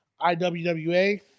iwwa